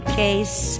case